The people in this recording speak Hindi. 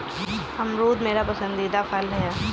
अमरूद मेरा पसंदीदा फल है